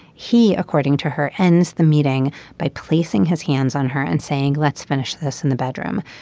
he according to her ends the meeting by placing his hands on her and saying let's finish this in the bedroom.